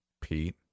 Pete